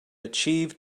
achieved